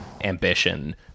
ambition